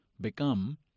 become